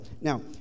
Now